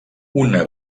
una